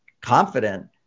confident